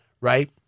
right